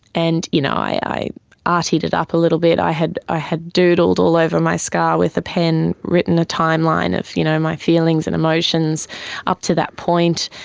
and, you know, i arty-ed it up a little bit, i had i had doodled all over my scar with a pen, written a timeline of you know and my feelings and emotions up to that point,